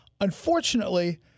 Unfortunately